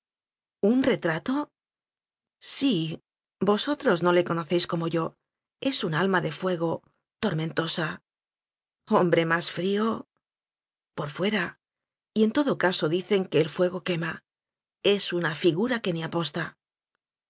un retrato sí vosotros no le conocéis como yo es un alma de fuego tormentosa hombre más frío por fuera y en todo caso dicen que el fuego quema es una figura que ni a posta